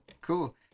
cool